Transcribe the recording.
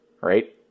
right